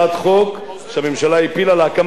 להקמת מרכז שהייה למסתננים,